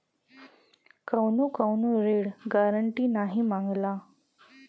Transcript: कउनो कउनो ऋण गारन्टी नाही मांगला